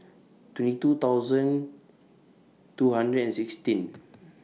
twenty two thousand two hundred and sixteen